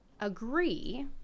agree